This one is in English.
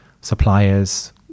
suppliers